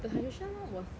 the titration one was